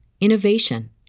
innovation